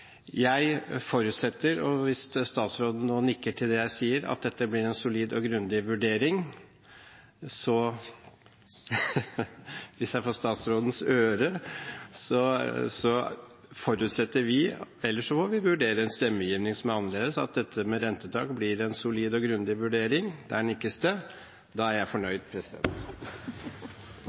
Hvis statsråden nå nikker til det jeg sier, at dette blir en solid og grundig vurdering, og hvis jeg får statsrådens øre, så forutsetter vi det. Ellers må vi vurdere en stemmegivning som er annerledes, at dette med rentetak blir en solid og grundig vurdering. Der nikkes det, da er jeg fornøyd.